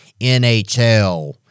NHL